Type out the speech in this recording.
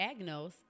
Agnos